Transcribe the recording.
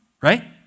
right